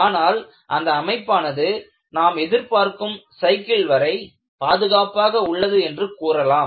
ஆனால் அந்த அமைப்பானது நாம் எதிர்பார்க்கும் சைக்கிள் வரை பாதுகாப்பாக உள்ளது என்று கூறலாம்